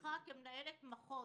שרביטך כמנהלת מחוז,